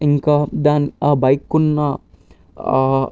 ఇంకా దాని ఆ బైక్ ఉన్నా